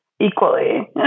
equally